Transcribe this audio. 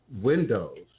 windows